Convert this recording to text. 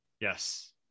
Yes